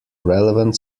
relevant